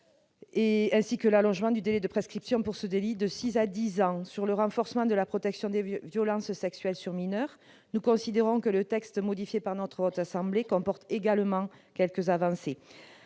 ainsi que l'allongement du délai de prescription pour ce délit de six à dix ans. En ce qui concerne le renforcement de la protection des violences sexuelles sur mineurs, nous considérons que le texte modifié par notre Haute Assemblée comporte également quelques avancées.